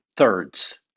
thirds